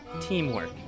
teamwork